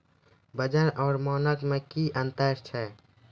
वजन और मानक मे क्या अंतर हैं?